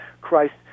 Christ